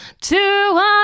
two